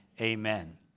Amen